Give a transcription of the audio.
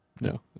No